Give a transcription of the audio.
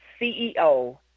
CEO